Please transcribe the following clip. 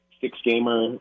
six-gamer